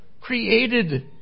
created